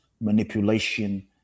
manipulation